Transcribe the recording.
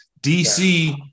DC